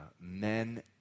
men